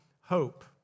hope